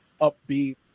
upbeat